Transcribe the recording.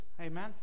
Amen